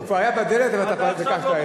הוא כבר היה בדלת אבל אתה כבר, אליו.